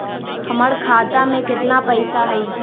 हमर खाता में केतना पैसा हई?